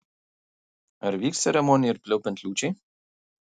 ar vyks ceremonija ir pliaupiant liūčiai